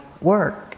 work